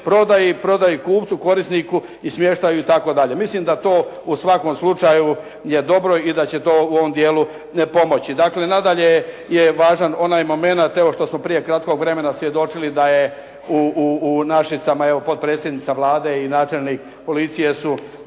prodaji kupcu, korisniku i smještaju itd. Mislim da to u svakom slučaju je dobro i da će to u ovom dijelu pomoć. Dakle, nadalje je važan onaj momenat evo što smo prije kratkog vremena svjedočili da je u Našicama potpredsjednica Vlade i načelnik policije su